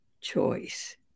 choice